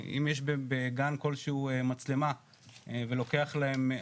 אם יש בגן כלשהוא מצלמה ולוקח להם,